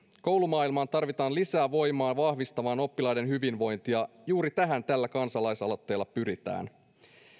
koulumaailmaan tarvitaan lisää voimaa vahvistamaan oppilaiden hyvinvointia juuri tähän tällä kansalaisaloitteella pyritään